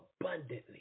abundantly